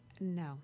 No